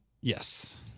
Yes